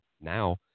now